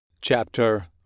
Chapter